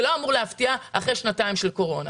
זה לא אמור להפתיע אחרי שנתיים של קורונה.